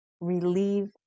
relieve